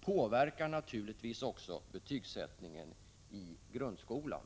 påverkar naturligtvisi Prot. 1985/86:132 sin tur betygsättningen i grundskolan.